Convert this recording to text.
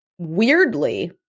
weirdly